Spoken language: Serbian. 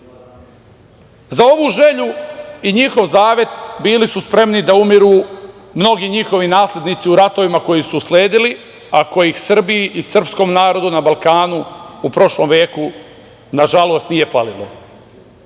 ovu želju i njihov zavet bili su spremni da umiru mnogi njihovi naslednici u ratovima koji su sledili, a kojih Srbiji i srpskom narodu na Balkanu u prošlom veku nažalost nije falilo.